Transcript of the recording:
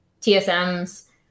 tsm's